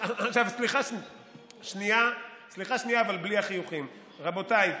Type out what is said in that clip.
סליחה, שנייה, בלי החיוכים: רבותיי,